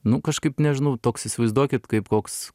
nu kažkaip nežinau toks įsivaizduokit kaip koks